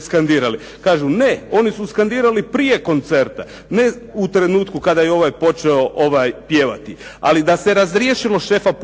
skandirali. Kažu ne, oni su skandirali prije koncerta, ne u trenutku kada je ovaj počeo pjevati. Ali da se razriješilo šefa policije